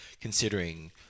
considering